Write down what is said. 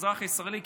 כאזרח ישראלי,